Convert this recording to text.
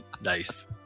Nice